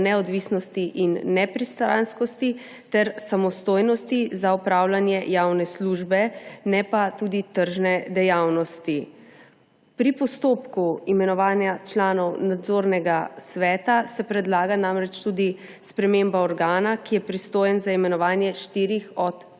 neodvisnosti in nepristranskosti ter samostojnosti za opravljanje javne službe, ne pa tudi tržne dejavnosti. Pri postopku imenovanja članov Nadzornega sveta se predlaga namreč tudi sprememba organa, ki je pristojen za imenovanje štirih od